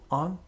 on